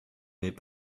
n’est